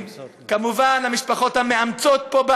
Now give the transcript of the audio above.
המשפחות המאמצות.